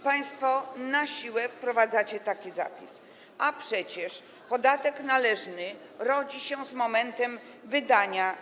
Państwo na siłę wprowadzacie taki zapis, a przecież podatek należny rodzi się z momentem wydania.